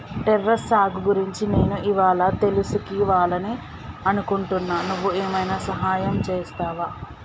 terrace సాగు గురించి నేను ఇవ్వాళా తెలుసుకివాలని అనుకుంటున్నా నువ్వు ఏమైనా సహాయం చేస్తావా